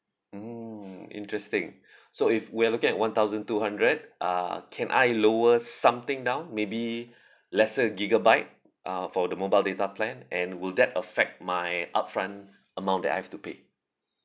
mm interesting so if we're looking at one thousand two hundred uh can I lower something down maybe lesser gigabyte uh for the mobile data plan and will that affect my upfront amount that I have to pay